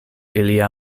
ilia